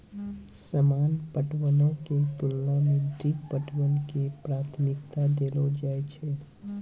सामान्य पटवनो के तुलना मे ड्रिप पटवन के प्राथमिकता देलो जाय छै